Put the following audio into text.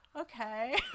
okay